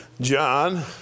John